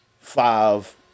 five